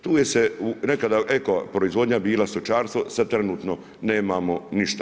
Tu je se nekada eko proizvodnja bila stočarstvo, sada trenutno nemamo ništa.